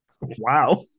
Wow